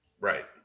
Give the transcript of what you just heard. Right